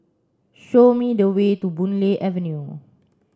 show me the way to Boon Lay Avenue